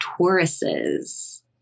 Tauruses